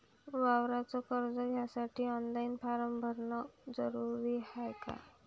वावराच कर्ज घ्यासाठी ऑनलाईन फारम भरन जरुरीच हाय का?